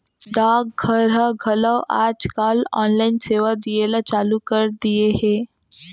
डाक घर ह घलौ आज काल ऑनलाइन सेवा दिये ल चालू कर दिये हे